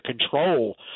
control